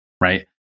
Right